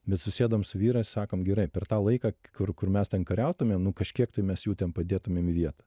bet susėdom su vyrais sakom gerai per tą laiką kur kur mes ten kariautumėm nu kažkiek tai mes jų ten padėtumėm į vietą